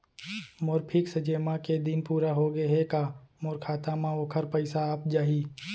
मोर fix जेमा के दिन पूरा होगे हे का मोर खाता म वोखर पइसा आप जाही?